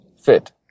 fit